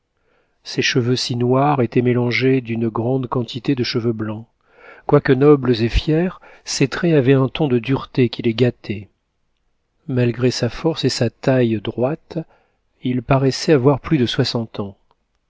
ces cheveux si noirs étaient mélangés d'une grande quantité de cheveux blancs quoique nobles et fiers ses traits avaient un ton de dureté qui les gâtait malgré sa force et sa taille droite il paraissait avoir plus de soixante ans